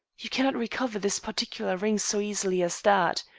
you cannot recover this particular ring so easily as that.